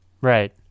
right